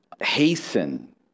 Hasten